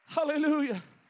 Hallelujah